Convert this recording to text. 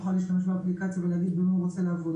הוא יוכל להשתמש באפליקציה ולהגיד במה הוא רוצה לעבוד,